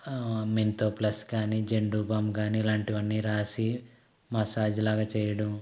Mentho plus కానీ Zandu balm కానీ ఇలాంటివన్నీ రాసి మసాజ్ లాగా చేయడం